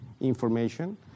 information